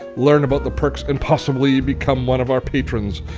learn about the perks and possibly become one of our patrons.